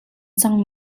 cang